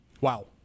Wow